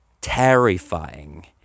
Terrifying